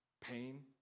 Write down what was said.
pain